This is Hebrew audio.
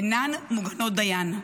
אינן מוגנות דיין.